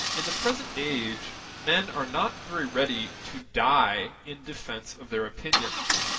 in the present age men are not very ready to die in defence of their opinions,